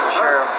sure